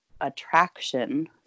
attraction